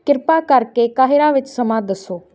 ਕਿਰਪਾ ਕਰਕੇ ਕਾਹਿਰਾ ਵਿੱਚ ਸਮਾਂ ਦੱਸੋ